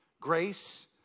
Grace